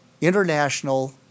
international